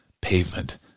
Pavement